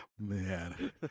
Man